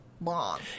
long